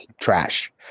trash